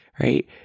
right